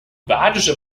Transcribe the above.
badische